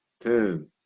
ten